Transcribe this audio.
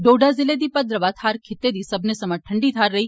डोडा ज़िले दी भद्रवाह थाहर खित्ते दी सब्मनें थमां ठंडी थाह्र रेई